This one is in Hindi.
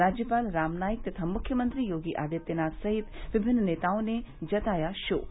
राज्यपाल रामनाईक तथा मुख्यमंत्री योगी आदित्यनाथ सहित विमिन्न नेताओं ने जताया शोक